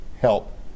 help